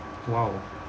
!wow!